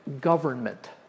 government